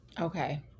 Okay